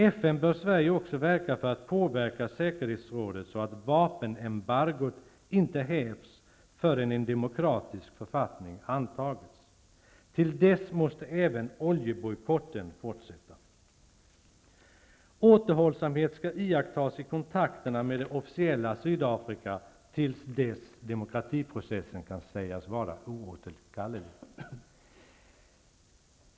I FN bör Sverige också verka för att påverka säkerhetsrådet så att vapenembargot inte hävs förrän en demokratisk författning antagits. Till dess måste även oljebojkotten fortsätta. Återhållsamhet skall iakttas i kontakterna med det officiella Sydafrika till dess demokratiprocessen kan sägas vara oåterkallelig.